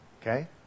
Okay